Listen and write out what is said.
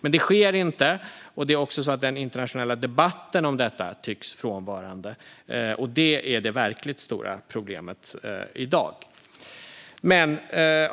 Men det sker inte, och det är också så att den internationella debatten om detta tycks frånvarande. Det är det verkligt stora problemet i dag.